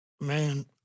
Man